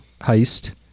heist